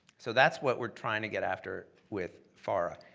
so that's what we're trying to get after with fara.